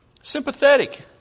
Sympathetic